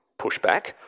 pushback